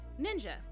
ninja